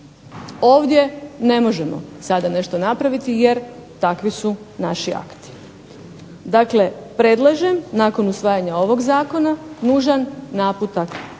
Ovdje ne možemo sada nešto napraviti jer takvi su naši akti. Dakle, predlažem nakon usvajanja ovog zakona nužan naputak